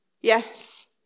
yes